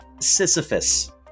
Sisyphus